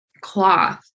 cloth